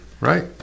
Right